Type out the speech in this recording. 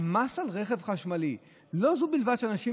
המס על רכב חשמלי: לא זו בלבד שאנשים